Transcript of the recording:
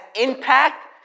impact